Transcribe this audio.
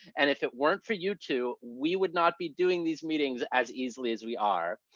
and if it weren't for you two, we would not be doing these meetings as easily as we are.